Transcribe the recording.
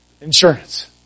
Insurance